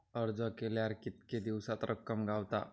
अर्ज केल्यार कीतके दिवसात रक्कम गावता?